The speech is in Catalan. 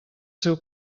seu